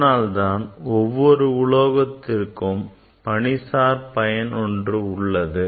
அதனால்தான் ஒவ்வொரு உலோகத்திற்கும் பணிசார் பயன் ஒன்று உள்ளது